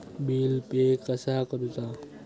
Bill pay कसा करुचा?